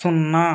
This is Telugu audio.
సున్నా